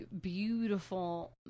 beautiful